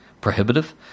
prohibitive